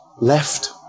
left